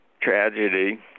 tragedy